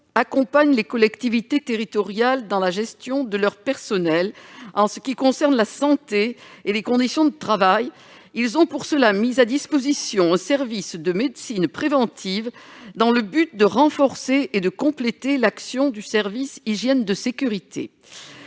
accompagnent les collectivités territoriales dans la gestion de leur personnel en ce qui concerne la santé et les conditions de travail ; pour cela, ils disposent d'un service de médecine préventive, afin de renforcer et de compléter l'action du service hygiène et sécurité.